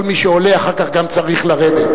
כל מי שעולה אחר כך גם צריך לרדת.